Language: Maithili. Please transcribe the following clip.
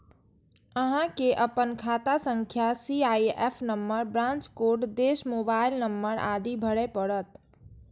अहां कें अपन खाता संख्या, सी.आई.एफ नंबर, ब्रांच कोड, देश, मोबाइल नंबर आदि भरय पड़त